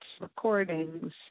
recordings